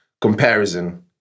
Comparison